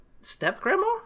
step-grandma